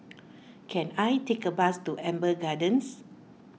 can I take a bus to Amber Gardens